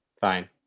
Fine